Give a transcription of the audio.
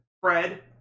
Fred